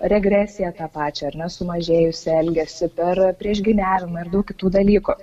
regresiją tą pačią ar ne sumažėjusį elgesį per priešgyniavimą ir daug kitų dalykų